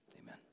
Amen